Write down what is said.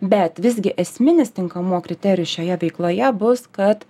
bet visgi esminis tinkamuo kriterijus šioje veikloje bus kad